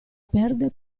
perde